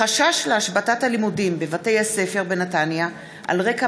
חשש להשבתת הלימודים בבתי-הספר בנתניה על רקע